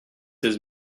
his